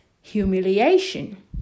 humiliation